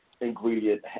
ingredient